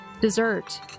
dessert